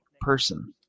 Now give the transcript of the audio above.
person